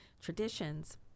traditions